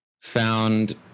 found